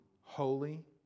holy